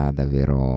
davvero